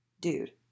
dude